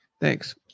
Thanks